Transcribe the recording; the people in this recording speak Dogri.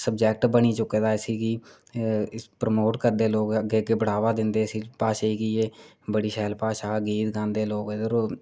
सब्जैक्ट बनी चुके दा इसी गी बी प्रमोट करदे लोक अग्गें अग्गें बढ़ावा दिंदे इसी भाशा गी एह् बड़ी शैल भाशा गीत गांदे एह्दे पर लोक